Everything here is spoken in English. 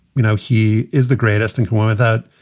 you know, he is the greatest in command of that.